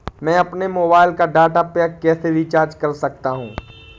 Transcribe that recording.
मैं अपने मोबाइल का डाटा पैक कैसे रीचार्ज कर सकता हूँ?